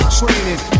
training